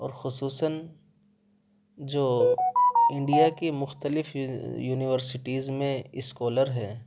اور خصوصاً جو انڈیا کی مختلف یونیورسٹیز میں اسکالر ہیں